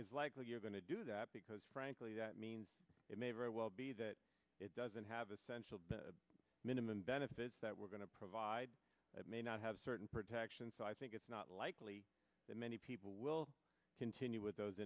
it's likely when to do that because frankly that means it may very well be that it doesn't have essential minimum benefits that we're going to provide that may not have certain protections so i think it's not likely that many people will continue with those